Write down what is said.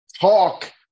talk